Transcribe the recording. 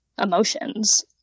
emotions